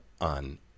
on